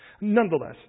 Nonetheless